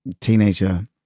teenager